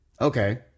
Okay